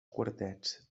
quartets